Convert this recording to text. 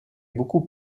beaucoup